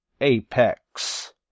Apex